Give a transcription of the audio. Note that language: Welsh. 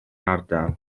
ardal